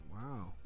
Wow